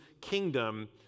kingdom